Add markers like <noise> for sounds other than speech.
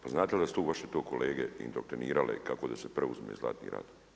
Pa znate li da su tu vaše to kolege … <unintelligible> kako da se preuzme Zlatni rat?